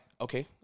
okay